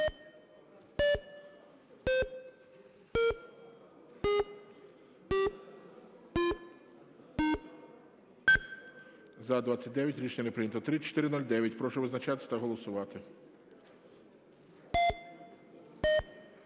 За-25 Рішення не прийнято. 3761. Прошу визначатися та голосувати.